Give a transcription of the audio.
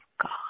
God